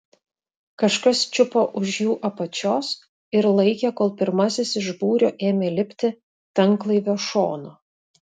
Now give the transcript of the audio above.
kažkas čiupo už jų apačios ir laikė kol pirmasis iš būrio ėmė lipti tanklaivio šonu